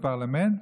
בפרלמנט,